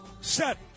set